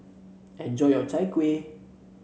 enjoy your Chai Kuih